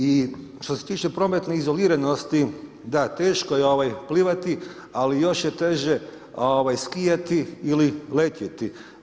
I što se tiče prometne izoliranosti, da teško je plivati, ali još je teže skijati ili letjeti.